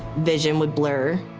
vision would blur,